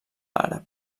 àrab